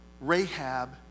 Rahab